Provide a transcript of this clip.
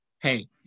Hey